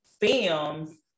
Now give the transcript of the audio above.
films